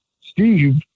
Steve